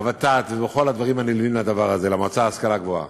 בוות"ת ובכל הדברים הנלווים לדבר הזה במועצה להשכלה גבוהה,